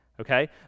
Okay